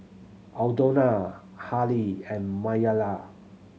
Aldona Hali and Maliyah